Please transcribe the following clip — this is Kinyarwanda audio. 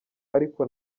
ariko